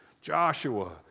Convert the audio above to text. Joshua